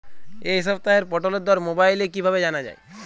এই সপ্তাহের পটলের দর মোবাইলে কিভাবে জানা যায়?